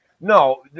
no